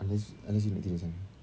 unless unless you nak tidur sana